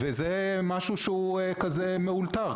זה משהו מאולתר,